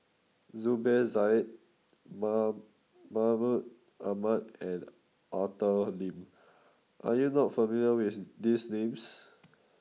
Zubir Said mom Mahmud Ahmad and Arthur Lim are you not familiar with these names